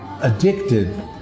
addicted